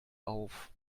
auf